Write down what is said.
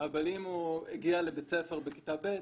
אבל אם הוא הגיע לבית ספר והוא בכיתה ב',